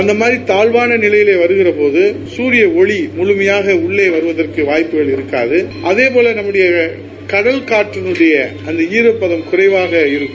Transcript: அந்தமாதிரி தாழ்வான நிலையில் வரும்போது சூரிய ஒளி முழுமையாக வருவதற்கு வாய்ப்பு இருக்காது அதேபோல கடல் காற்றினுடைய அந்த ஈரப்பம் குறைவாக இருக்கும்